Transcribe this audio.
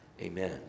amen